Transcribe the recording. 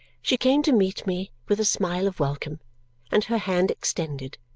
she came to meet me with a smile of welcome and her hand extended,